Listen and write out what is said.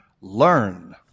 Learn